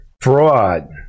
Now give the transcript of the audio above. fraud